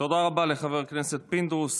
תודה רבה לחבר הכנסת פינדרוס.